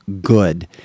good